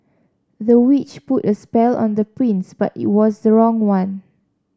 the witch put a spell on the prince but it was the wrong one